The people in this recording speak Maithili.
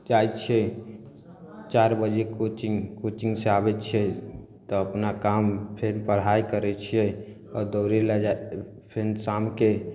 जाइ छियै चारि बजे कोचिंग कोचिंगसँ आबय छियै तब अपना काम फेर पढ़ाइ करय छियै आओर दौड़य लए जा फेन शामके